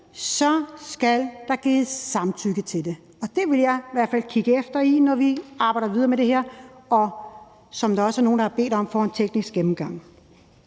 skal gives samtykke til det, og det vil jeg i hvert fald kigge efter, når vi arbejder videre med det her og, som der også er nogle, der har bedt om, får en teknisk gennemgang